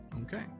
Okay